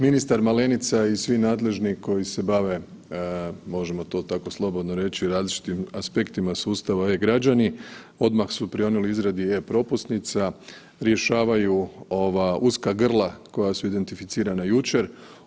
Ministar Malenica i svi nadležni koji se bave možemo to tako slobodno reći različitim aspektima sustava e-građani odmah su prionuli izradi e-propusnica, rješavaju ova uska grla koja su identificirana jučer.